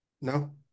no